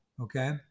Okay